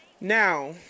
now